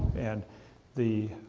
and the,